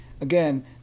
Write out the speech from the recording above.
again